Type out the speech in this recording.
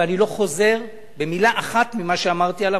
ואני לא חוזר ממלה אחת ממה שאמרתי עליו,